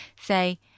say